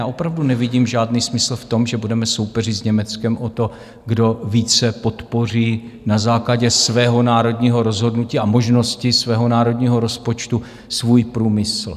Opravdu nevidím žádný smysl v tom, že budeme soupeřit s Německem o to, kdo více podpoří na základě svého národního rozhodnutí a možností svého národního rozpočtu svůj průmysl.